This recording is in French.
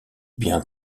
bien